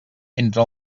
entre